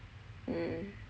mm